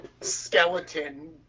skeleton